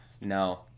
No